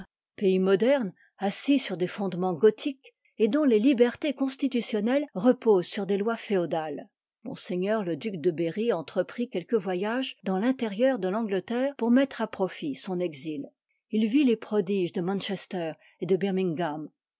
pays moderne assis sur lïy ni des fondemens gothiques et dont les libertés constitutionnelles reposent r des lois féodales m le duc de berry entreprit quelques voyages dans rintérieur de l'angleterre pour mettre à profit son exil il l les prodiges de manchester et de